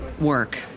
work